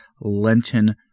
Lenten